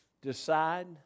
decide